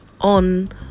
on